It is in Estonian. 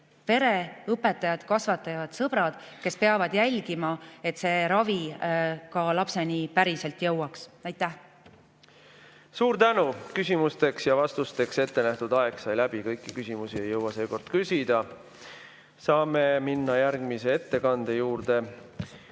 pere, õpetajad, kasvatajad, sõbrad, kes peavad jälgima, et see ravi lapseni ka päriselt jõuaks. Suur tänu! Küsimusteks ja vastusteks ette nähtud aeg sai läbi, kõiki küsimusi ei jõua seekord küsida. Saame minna järgmise ettekande juurde.